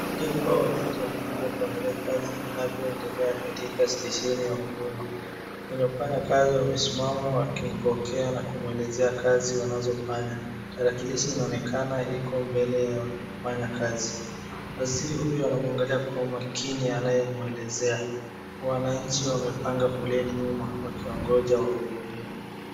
Aliyekuwa waziri amekuja kuangalia kazi linavyoendelea katika stesheni ya huduma, wenye kufanya kazi wamesimama wakimpokea na kumwelezea kazi wanazofanya. Tarakilishi inaonekana iko mbele ya wenye kufanya kazi, waziri huyo anamwangalia kwa umakini anayemwelezea. Wananchi wamepanga foleni nyuma wakiongoja wahudumiwe.